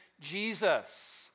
Jesus